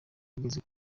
yigeze